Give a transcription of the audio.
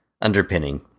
underpinning